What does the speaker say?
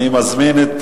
אני מזמין את